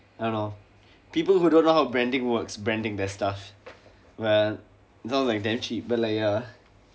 I don't know people who don't know how branding works branding their stuff !wah! sound like damn cheap but like ya